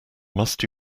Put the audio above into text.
must